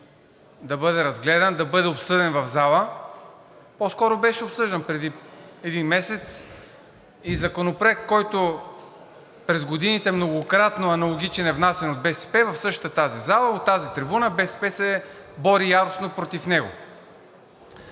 да бъде разгледан, да бъде обсъден в залата. По-скоро беше обсъждан преди един месец и аналогичен Законопроект, който през годините многократно е внасян от БСП в същата тази зала – от тази трибуна БСП се бори яростно против него.